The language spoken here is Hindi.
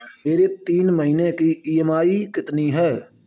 मेरी तीन महीने की ईएमआई कितनी है?